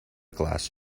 glass